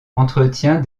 entretient